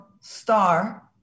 star